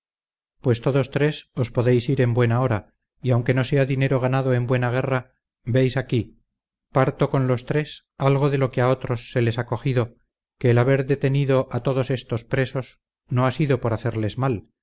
pues todos tres os podéis ir en buen hora y aunque no sea dinero ganado en buena guerra veis aquí parto con los tres algo de lo que a otros se les ha cogido que el haber detenido a todos estos presos no ha sido por hacerles mal